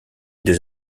des